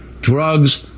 drugs